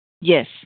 Yes